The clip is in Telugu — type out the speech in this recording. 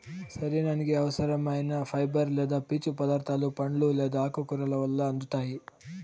శరీరానికి అవసరం ఐన ఫైబర్ లేదా పీచు పదార్థాలు పండ్లు లేదా ఆకుకూరల వల్ల అందుతాయి